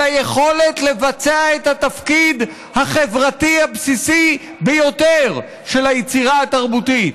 על היכולת לבצע את התפקיד החברתי הבסיסי ביותר של היצירה התרבותית,